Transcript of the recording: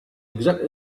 exactly